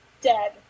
dead